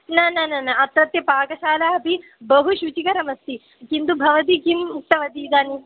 न न न न अत्रत्य पाकशाला अपि बहु शुचिकरमस्ति किन्तु भवती किम् उक्तवती इदानीम्